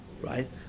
right